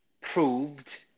proved